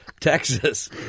Texas